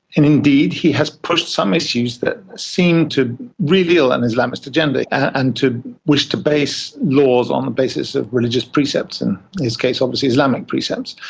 and indeed he has pushed some issues that seem to reveal an islamist agenda, and to wish to base laws on the basis of religious precepts, and this case obviously islamic precepts.